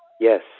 Yes